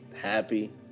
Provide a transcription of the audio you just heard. happy